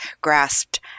grasped